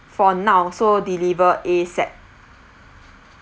for now so deliver ASAP